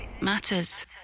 matters